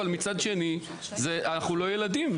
אבל מצד שני אנחנו לא ילדים.